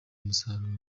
umusaruro